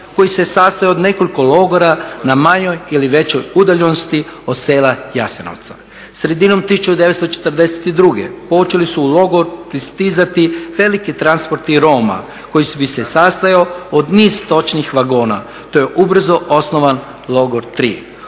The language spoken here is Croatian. koji se sastojao od nekoliko logora na manjoj ili većoj udaljenosti od sela Jasenovca. Sredinom 1942. počeli su u logor pristizati veliki transporti Roma koji bi se sastojao od niz točnih vagona, te je ubrzo osnovan logor